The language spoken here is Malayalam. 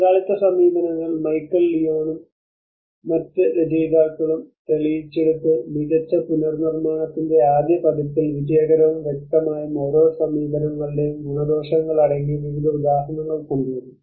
പങ്കാളിത്ത സമീപനങ്ങൾ മൈക്കൽ ലിയോണും മറ്റ് രചയിതാക്കളും തെളിയിച്ചയിടത്ത് മികച്ച പുനർനിർമ്മാണത്തിൻറെ ആദ്യ പതിപ്പിൽ വിജയകരവും വ്യക്തമായും ഓരോ സമീപനങ്ങളുടെയും ഗുണദോഷങ്ങൾ അടങ്ങിയ വിവിധ ഉദാഹരണങ്ങൾ കൊണ്ടുവന്നു